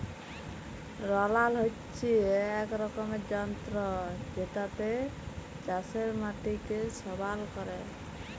roller হচ্যে এক রকমের যন্ত্র জেতাতে চাষের মাটিকে সমাল ক্যরে